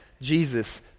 Jesus